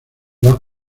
dos